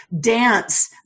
dance